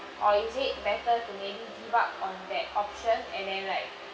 or is it better to maybe give up on that option and then like